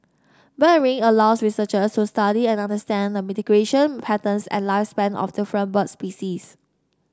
bird ringing allows researchers to study and understand the patterns and lifespan of different bird species